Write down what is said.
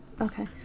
Okay